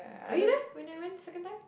are you there whenever second time